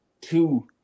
two